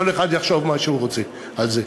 וכל אחד יחשוב מה שהוא רוצה על זה,